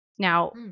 Now